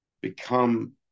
become